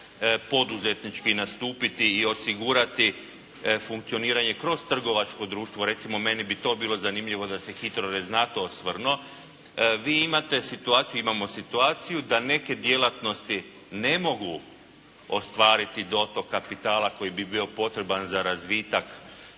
poduzetnički nastupiti i osigurati funkcioniranje kroz trgovačko društvo, recimo meni bi to bilo zanimljivo da se HITRORez na to osvrnuo. Vi imate situaciju, imamo situaciju da neke djelatnosti ne mogu ostvariti dotok kapitala koji bi bio potreban za razvitak